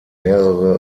mehrere